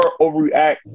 overreact